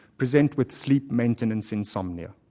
present with sleep maintenance insomnia.